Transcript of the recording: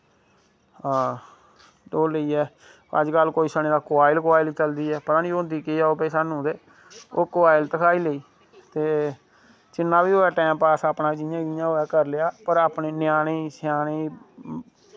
हां ओह् लेइयै अज्ज कल सुने दा कोआएल कोआएल चली दी ऐ पता नी होंदी केह् ऐ भाई स्हानू ते ओह् कोआएल धखाई लेई ते जिन्ना बी होऐ टैम पास अपना जियां कियां होऐ करी लेआ पर अपने ञ्याणें ई स्यानें ई